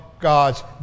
God's